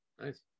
Nice